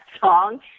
song